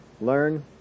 learn